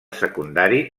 secundari